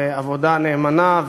ועבודה נאמנה,